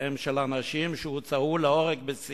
האם מה שטוב לפריס ולניו-יורק טוב גם לנו בארץ?